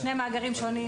אלה שני מאגרים שונים,